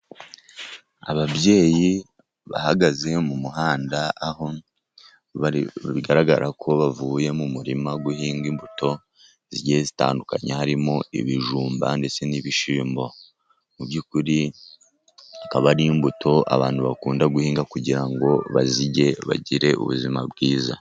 Ababyeyi bahagaze mu muhanda aho bigaragara ko bavuye mu murima guhinga imbuto zigiye zitandukanye, harimo ibijumba ndetse n'ibishyimbo. Mu by'ukuri akaba ari imbuto abantu bakunda guhinga, kugira ngo bazirye bagire ubuzima bwiza.